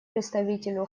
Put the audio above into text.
представителю